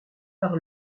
par